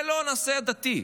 זה לא נושא דתי,